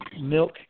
milk